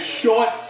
short